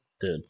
dude